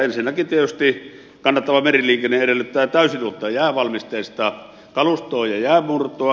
ensinnäkin tietysti kannattava meriliikenne edellyttää täysin uutta jäävalmisteista kalustoa ja jäänmurtoa